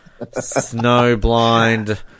Snowblind